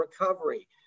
recovery